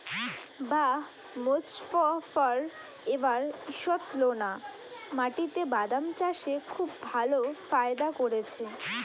বাঃ মোজফ্ফর এবার ঈষৎলোনা মাটিতে বাদাম চাষে খুব ভালো ফায়দা করেছে